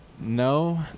No